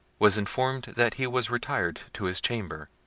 was informed that he was retired to his chamber,